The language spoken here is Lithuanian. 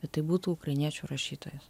kad tai būtų ukrainiečių rašytojas